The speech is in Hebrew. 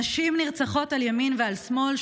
נשים נרצחות על ימין ועל שמאל.